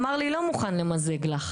הוא אמר לי אני לא מוכן למזג לך.